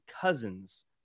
cousins